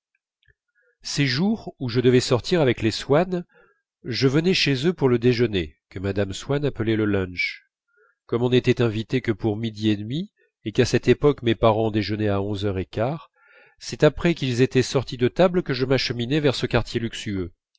ces jours où je devais sortir avec les swann je venais chez eux pour le déjeuner que mme swann appelait le lunch comme on n'était invité que pour midi et demi et qu'à cette époque mes parents déjeunaient à onze heures un quart c'est après qu'ils étaient sortis de table que je m'acheminais vers ce quartier luxueux